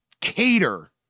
cater